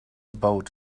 boat